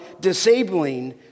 disabling